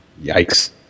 Yikes